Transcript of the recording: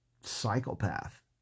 psychopath